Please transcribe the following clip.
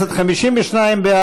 סעיפים 1 2 נתקבלו.